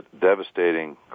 devastating